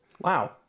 Wow